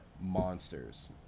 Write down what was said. monsters